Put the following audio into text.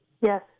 Yes